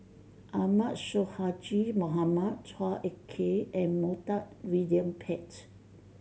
Ahmad Sonhadji Mohamad Chua Ek Kay and Montague William Pett